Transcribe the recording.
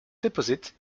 deposit